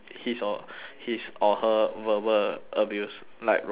his or her verbal abuse like